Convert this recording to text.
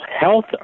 health